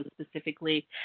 specifically